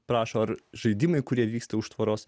prašo ar žaidimai kurie vyksta už tvoros